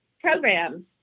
programs